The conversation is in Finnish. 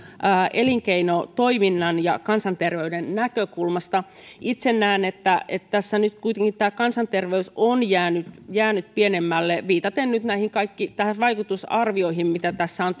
elinkeinotoiminnan ja kansanterveyden näkökulmasta itse näen että tässä nyt kuitenkin tämä kansanterveys on jäänyt jäänyt pienemmälle viitaten nyt näihin vaikutusarvioihin mitä on